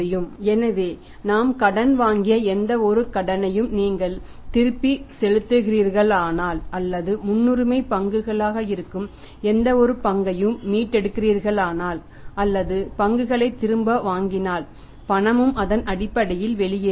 எனவே நாம் கடன் வாங்கிய எந்தவொரு கடனையும் நீங்கள் திருப்பிச் செலுத்துகிறீர்களானால் அல்லது முன்னுரிமைப் பங்குகளாக இருக்கும் எந்தவொரு பங்கையும் மீட்டெடுக்கிறீர்கள் அல்லது பங்குகளை திரும்ப வாங்கினால் பணமும் அதன் அடிப்படையில் வெளியேறுகிறது